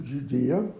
Judea